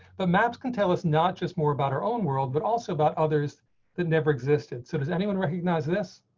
but maps can tell us, not just more about our own world, but also about others that never existed. so does anyone recognize this.